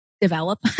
develop